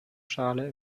schale